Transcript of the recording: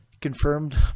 Confirmed